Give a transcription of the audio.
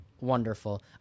wonderful